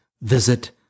visit